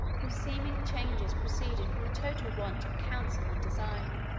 whose seeming changes proceeded from the total want of counsel and design.